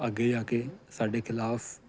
ਅੱਗੇ ਜਾ ਕੇ ਸਾਡੇ ਖਿਲਾਫ